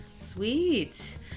sweet